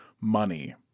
Money